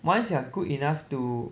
once you are good enough to